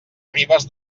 ribes